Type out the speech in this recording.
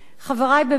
חברי במרצ,